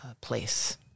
place